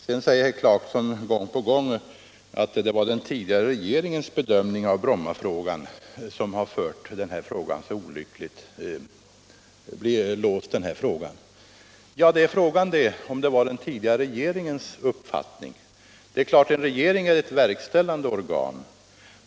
Sedan säger herr Clarkson gång på gång att det är den tidigare regeringens bedömning som på ett så olyckligt sätt har låst den här frågan. Ja, fråga är om det verkligen var den tidigare regeringens bedömning. En regering är bl.a. ett verkställande organ.